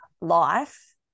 life